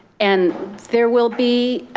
and there will be,